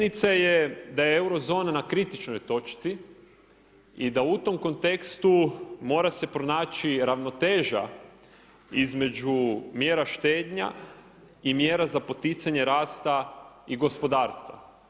Činjenica je da je euro zona na kritičnoj točci i da u tom kontekstu mora se pronaći ravnoteža između mjera štednja i mjera za poticanje rasta i gospodarstva.